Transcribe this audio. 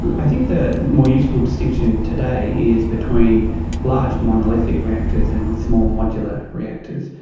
i think the more useful distinction today is between large monolithic reactors and small modular reactors,